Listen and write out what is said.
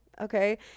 okay